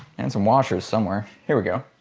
and some washers somewhere. here we go.